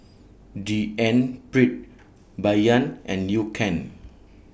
D N Pritt Bai Yan and Liu Kang